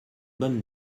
bonne